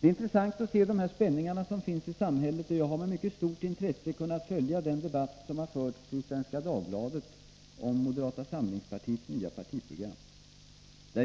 Det är intressant att se de stramningstider spänningar som finns i samhället. Jag har med mycket stort intresse följt den debatt som förts i Svenska Dagbladet om moderata samlingspartiets nya partiprogram.